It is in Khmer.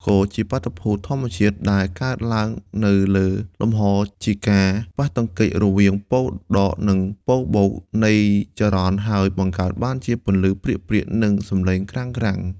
ផ្គរ ជាបាតុភូតធម្មជាតិដែលកើតឡើងនៅលើលំហជាការ ប៉ះទង្គិចរវាងប៉ូលដក និងប៉ូលបូកនៃចរន្តហើយបង្កើតបានជាពន្លឺព្រាកៗនិងសំឡេងក្រាំងៗ។